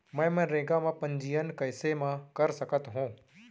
मैं मनरेगा म पंजीयन कैसे म कर सकत हो?